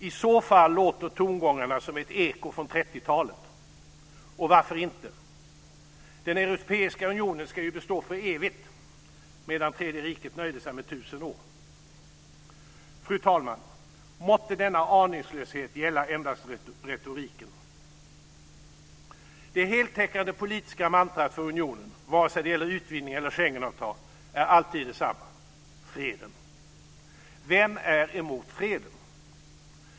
I så fall låter tongångarna som ett eko från 30-talet. Och varför inte? Den europeiska unionen ska ju bestå för evigt, medan Tredje riket nöjde sig med 1000 år. Fru talman! Måtte denna aningslöshet gälla endast retoriken. Det heltäckande politiska mantrat för unionen, vare sig det gäller utvidgning eller Schengenavtal, är alltid detsamma - freden. Vem är emot freden?